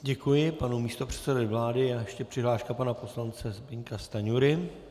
Děkuji panu místopředsedovi vlády a ještě přihláška pana poslance Zbyňka Stanjury.